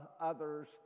others